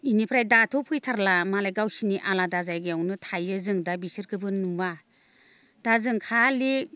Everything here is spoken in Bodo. बेनिफ्राय दाथ' फैथारला मालाय गावसिनि आलादा जायगायावनो थायो जोंदा बिसोरखोबो नुआ दा जों खालि